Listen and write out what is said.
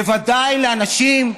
בוודאי לאנשים,